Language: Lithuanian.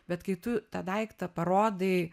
bet kai tu tą daiktą parodai